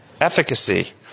efficacy